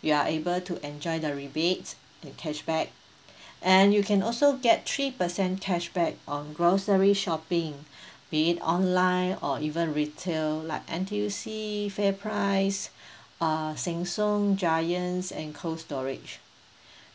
you are able to enjoy the rebates the cashback and you can also get three percent cashback on grocery shopping be it online or even retail like N_T_U_C fairprice uh sheng siong giant and cold storage